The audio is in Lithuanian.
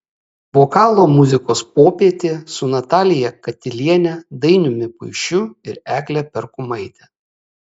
vokalo muzikos popietė su natalija katiliene dainiumi puišiu ir egle perkumaite